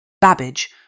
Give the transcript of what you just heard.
Babbage